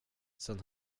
sen